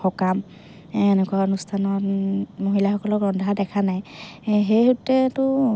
সকাম এনেকুৱা অনুষ্ঠানত মহিলাসকলক ৰন্ধা দেখা নাই সেই সূত্ৰেতো